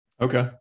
okay